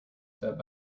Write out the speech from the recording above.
that